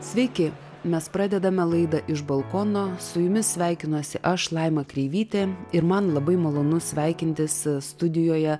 sveiki mes pradedame laida iš balkono su jumis sveikinuosi aš laima kreivytė ir man labai malonu sveikinti studijoje